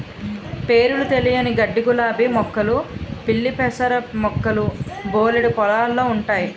పేరులు తెలియని గడ్డిగులాబీ మొక్కలు పిల్లిపెసర మొక్కలు బోలెడు పొలాల్లో ఉంటయి